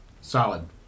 Solid